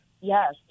Yes